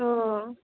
औ